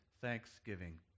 thanksgiving